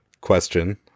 question